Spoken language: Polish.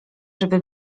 żeby